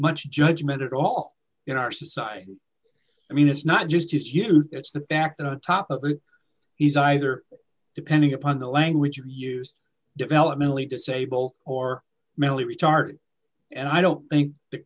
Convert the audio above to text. much judgment at all in our society i mean it's not just his youth it's the fact that on top of him he's either depending upon the language or used developmentally disabled or mentally retarded and i don't think the